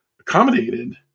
accommodated